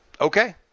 Okay